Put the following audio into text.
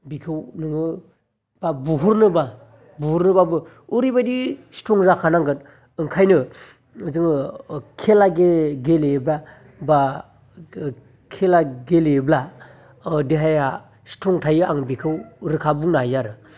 बेखौ नोङो बा बुहरनोबा बुहरनोबाबो ओरैबादि स्ट्रं जाखानांगोन ओंखायनो जोङो खेला गे गेलेयोब्ला बा गो खेला गेलेयोब्ला ओ देहाया स्ट्रं थायो आं बेखौ रोखा बुंनो हायो आरो